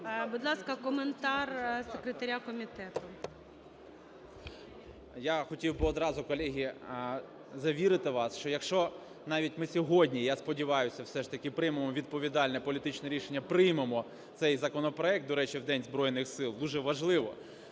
Будь ласка, коментар секретаря комітету. 11:59:06 ВІННИК І.Ю. Я хотів би одразу, колеги, завірити вас, що якщо навіть ми сьогодні, я сподіваюся, все ж таки приймемо відповідальне політичне рішення – приймемо цей законопроект, до речі, в День Збройних Сил, дуже важливо